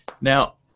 Now